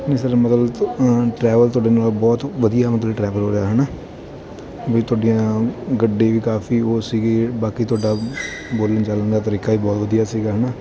ਨਹੀਂ ਸਰ ਮਤਲਬ ਟਰੈਵਲ ਤੁਹਾਡੇ ਨਾਲ ਬਹੁਤ ਵਧੀਆ ਮਤਲਬ ਟਰੈਵਲ ਹੋ ਰਿਹਾ ਹੈ ਨਾ ਵੀ ਤੁਹਾਡੀ ਗੱਡੀ ਵੀ ਕਾਫੀ ਉਹ ਸੀਗੀ ਬਾਕੀ ਤੁਹਾਡਾ ਬੋਲਣ ਚਾਲਣ ਦਾ ਤਰੀਕਾ ਹੀ ਬਹੁਤ ਵਧੀਆ ਸੀਗਾ ਹੈ ਨਾ